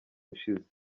ushize